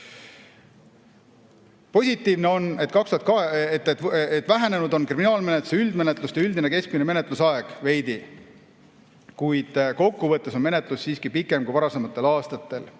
Positiivne on, et veidi on vähenenud kriminaalmenetluse üldmenetluste üldine keskmine menetlusaeg, kuid kokkuvõttes on menetlus siiski pikem kui varasematel aastatel.